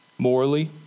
Morally